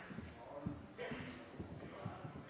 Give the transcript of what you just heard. har vi den